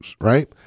right